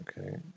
Okay